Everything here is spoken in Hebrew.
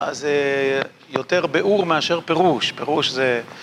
זה יותר באור מאשר פירוש